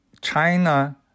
China